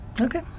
Okay